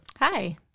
Hi